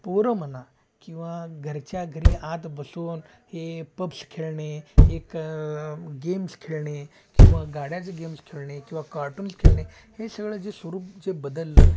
पोरं म्हणा किंवा घरच्या घरी आत बसवून हे पब्स खेळणे एक गेम्स खेळणे किंवा गाड्याचे गेम्स खेळणे किंवा कार्टून्स खेळणे हे सगळं जे स्वरूप जे बदललं